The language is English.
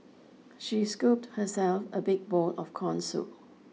she scooped herself a big bowl of corn soup